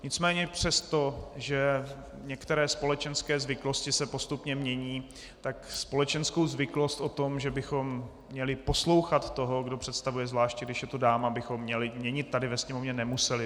Nicméně přesto, že některé společenské zvyklosti se postupně mění, tak společenskou zvyklost o tom, že bychom měli poslouchat toho, kdo představuje, zvláště když je to dáma, bychom měnit tady ve sněmovně nemuseli.